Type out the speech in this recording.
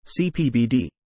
CPBD